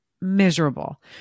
miserable